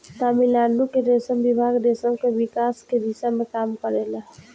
तमिलनाडु के रेशम विभाग रेशम के विकास के दिशा में काम करेला